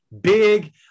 big